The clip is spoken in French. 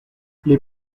les